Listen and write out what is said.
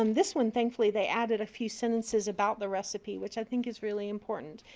um this one, thankfully, they added a few sentences about the recipe which i think is really important.